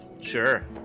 Sure